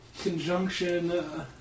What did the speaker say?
Conjunction